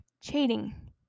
cheating